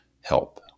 help